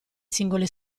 singole